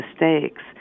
mistakes